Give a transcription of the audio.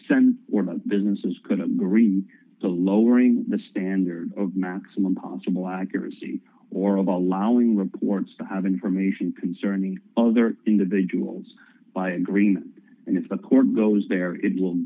consent or most businesses couldn't agree me to lowering the standard of maximum possible accuracy or allowing reports to have information concerning other individuals by agreement and if the court goes there it will